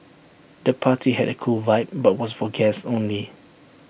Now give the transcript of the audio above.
the party had A cool vibe but was for guests only